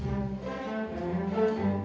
yeah and